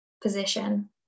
position